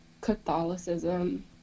Catholicism